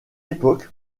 époque